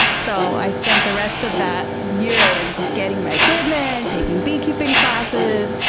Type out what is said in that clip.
so, i spent the rest of that year like getting my equipment, and taking beekeeping classes,